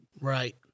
Right